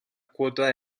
cuota